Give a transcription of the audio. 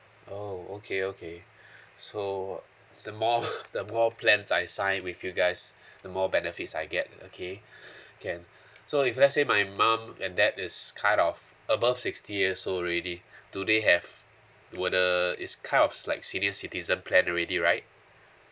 oh okay okay so the more the more plans I sign with you guys the more benefits I get okay can so if let's say my mum and dad is kind of above sixty years old already do they have whether it's kind of like senior citizen plan already right